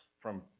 from,